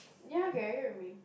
ya okay I get what you mean